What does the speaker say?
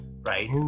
right